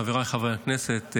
חבריי חברי הכנסת,